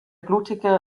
blutige